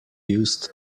used